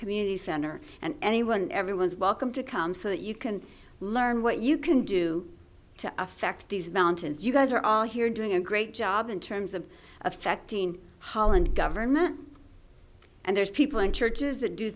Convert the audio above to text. community center and anyone everyone is welcome to come so that you can learn what you can do to affect these mountains you guys are all here doing a great job in terms of affecting holland government and there's people in churches